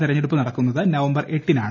തിരഞ്ഞെടുപ്പ് നടക്കുന്നത് നവംബർ എട്ടിനാണ്